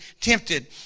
tempted